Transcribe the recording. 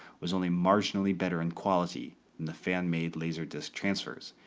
was only marginally better in quality than the fan-made laserdisk transfers.